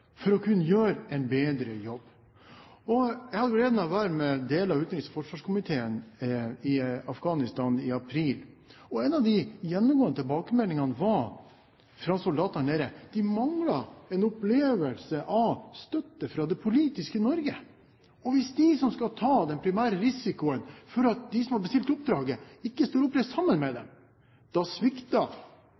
for å kunne gjøre en bedre jobb. Jeg hadde gleden av å være med en del fra utenriks- og forsvarskomiteen til Afghanistan i april. En av de gjennomgående tilbakemeldingene fra soldatene der nede var at de manglet en opplevelse av støtte fra det politiske Norge. Hvis de som skal ta den primære risikoen for at de som har bestilt oppdraget, ikke står oppreist sammen med dem, da